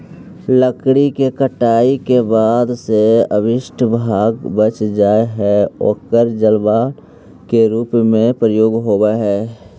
लकड़ी के कटाई के बाद जे अवशिष्ट भाग बच जा हई, ओकर जलावन के रूप में प्रयोग होवऽ हई